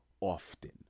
often